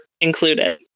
included